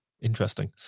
interesting